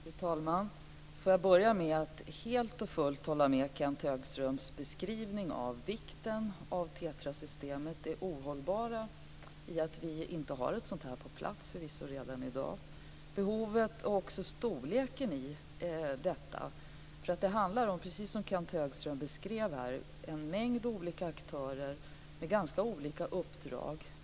Fru talman! Får jag börja med att helt och fullt hålla med om Kenth Högströms beskrivning av vikten av TETRA-systemet och det ohållbara i att vi inte har ett sådant på plats redan i dag? Det gäller behovet och också storleken. Det handlar nämligen, precis som Kenth Högström beskrev, om en mängd olika aktörer med ganska olika uppdrag.